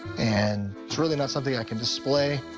and it's really not something i can display.